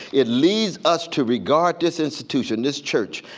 it leads us to regard this institution, this church,